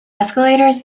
escalators